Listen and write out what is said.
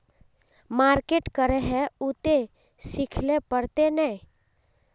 Market करे है उ ते सिखले पड़ते नय?